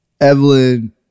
Evelyn